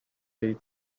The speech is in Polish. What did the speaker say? jej